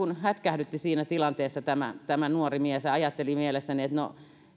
hätkähdytti siinä tilanteessa tämä tämä nuori mies ja ajattelin mielessäni että no